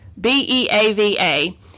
B-E-A-V-A